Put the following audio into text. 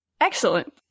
Excellent